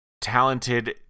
talented